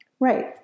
Right